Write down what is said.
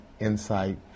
insight